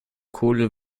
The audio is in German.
kohle